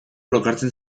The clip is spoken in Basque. lokartzen